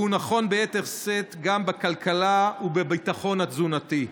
והוא נכון ביתר שאת גם בכלכלה ובביטחון התזונתי.